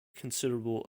considerable